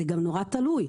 זה גם נורא תלוי.